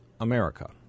America